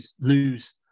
lose